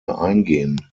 eingehen